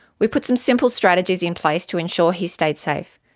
we put some simple strategies in place to ensure he stayed safe,